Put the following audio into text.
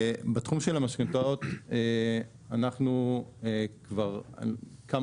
בתחום של המשכנתאות אנחנו כבר כמה